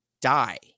die